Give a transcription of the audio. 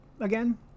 again